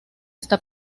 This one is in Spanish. está